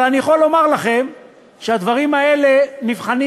אבל אני יכול לומר לכם שהדברים האלה נבחנים